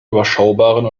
überschaubaren